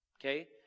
okay